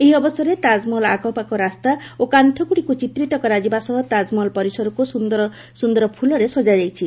ଏହି ଅବସରରେ ତାଜ୍ମହଲ୍ ଆଖପାଖ ରାସ୍ତା ଓ କାନ୍ଥଗୁଡ଼ିକୁ ଚିତ୍ରିତ କରାଯିବା ସହ ତାକ୍ମହଲ ପରିସରକୁ ସୁନ୍ଦର ସୁନ୍ଦର ଫୁଲରେ ସଜାଯାଇଛି